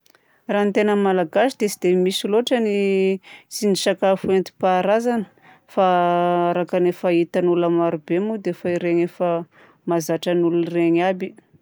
Raha ny tena malagasy dia tsy dia misy loatra ny tsindrin-tsakafo nentim-paharazana. Fa araka ny efa hitan'ny olona marobe moa dia ireny efa mahazatra ny olona aby.